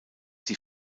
die